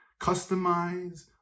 customize